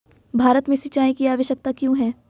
भारत में सिंचाई की आवश्यकता क्यों है?